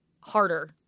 harder